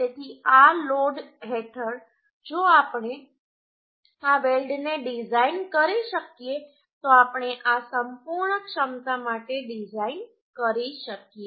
તેથી આ લોડ હેઠળ જો આપણે આ વેલ્ડને ડિઝાઇન કરી શકીએ તો આપણે આ સંપૂર્ણ ક્ષમતા માટે ડિઝાઇન કરી શકીએ